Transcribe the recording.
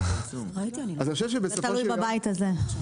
הזמן זה תלוי בבית הזה.